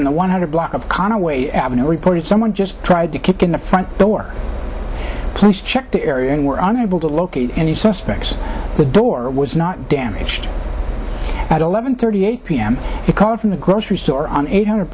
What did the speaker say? from the one hundred block of conaway ave reported someone just tried to kick in the front door please check the area and were unable to locate any suspects the door was not damaged at eleven thirty eight pm a call from the grocery store on eight hundred